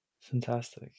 fantastic